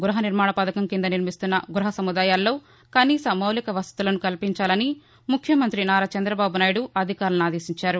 గ్బహ నిర్మాణ పధకం కింద నిర్మిస్తున్న గృహ సముదాయాల్లో కనీస మౌలిక వసతులను కల్పించాలని ముఖ్యమంత్రి నారా చంద్రబాబు నాయుడు అధికారులను ఆదేశించారు